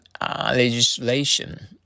legislation